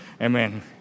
Amen